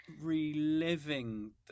reliving